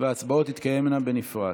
וההצבעות תתקיימנה בנפרד.